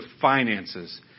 finances